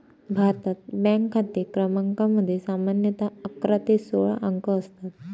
भारतात, बँक खाते क्रमांकामध्ये सामान्यतः अकरा ते सोळा अंक असतात